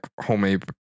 homemade